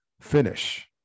finish